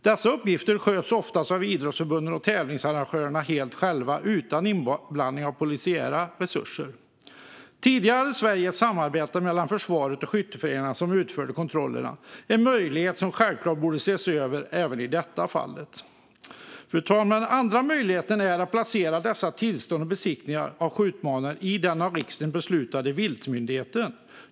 Dessa uppgifter sköts oftast av idrottsförbunden och tävlingsarrangörerna helt själva, utan inblandning av polisiära resurser. Tidigare hade Sverige ett samarbete mellan försvaret och skytteföreningarna som utförde kontrollerna, en möjlighet som självklart borde ses över även i detta fall. Fru talman! Den andra möjligheten är att placera tillstånden för och besiktningarna av skjutbanor i den av riksdagen beslutade viltmyndigheten.